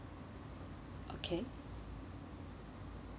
okay